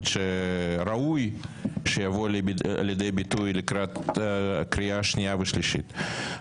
שראוי שיבוא לידי ביטוי לקראת קריאה שנייה ושלישית.